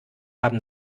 haben